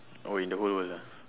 oh in the whole world ah